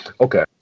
Okay